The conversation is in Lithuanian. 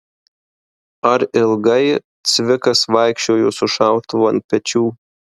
ar ilgai cvikas vaikščiojo su šautuvu ant pečių